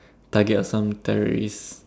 target of some terrorist